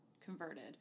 converted